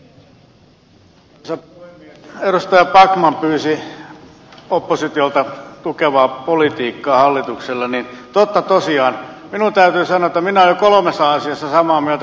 kun edustaja backman pyysi oppositiolta tukevaa politiikkaa hallitukselle niin totta tosiaan minun täytyy sanoa että minä olen jo kolmessa asiassa samaa mieltä kuin pääministeri katainen